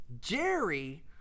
Jerry—